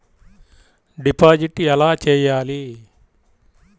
Deposit ఎలా చెయ్యాలి?